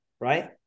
right